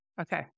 Okay